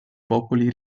popoli